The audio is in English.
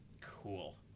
Cool